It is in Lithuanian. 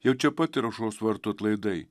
jau čia pat ir aušros vartų atlaidai